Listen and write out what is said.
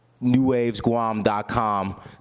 newwavesguam.com